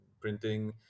printing